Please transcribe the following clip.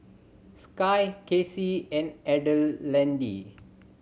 Skye Kasie and Adelaide